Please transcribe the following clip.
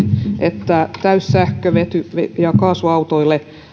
että täyssähkö vety ja kaasuautoille